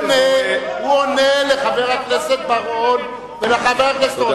הוא עונה לחבר הכנסת בר-און ולחבר הכנסת אורון.